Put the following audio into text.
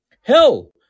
Hell